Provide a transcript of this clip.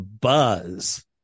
buzz